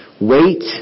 wait